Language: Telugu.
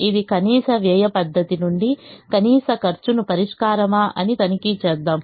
ఇది కనీస వ్యయ పద్ధతి నుండి కనీస ఖర్చుకు పరిష్కారమా అని తనిఖీ చేద్దాం